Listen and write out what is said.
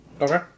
Okay